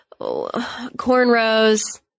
cornrows